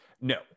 no